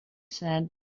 said